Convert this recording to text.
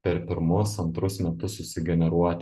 per pirmus antrus metus susigeneruoti